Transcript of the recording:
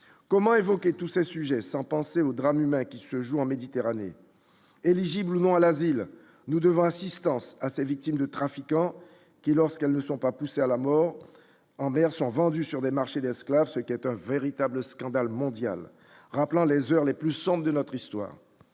comment évoquer tous ces sujets, sans penser au drame humain qui se joue en Méditerranée éligible ou non à la ville, nous devons assistance à ces victimes de trafiquants qui, lorsqu'elles ne sont pas poussés à la mort en mer sont vendus sur des marchés d'esclaves, ce qui est un véritable scandale mondial rappelant les heures les plus sombres de notre histoire,